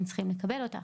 הם צריכים לקבל אותה.